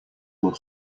will